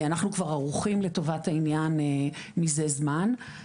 אנחנו כבר ערוכים לטובת העניין מזה זמן.